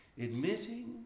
admitting